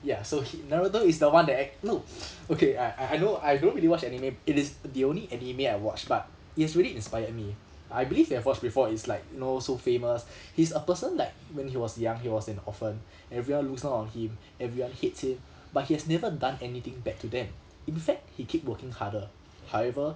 ya so he naruto is the one that I no okay I I I know I don't really watch anime it is the only anime I watch but it's really inspired me I believe you have watched before it's like you know so famous he's a person like when he was young he was an orphan everyone looks down on him everyone hates him but he has never done anything bad to them in fact he keep working harder however